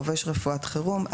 חובש רפואת חירום,